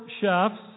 chefs